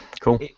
cool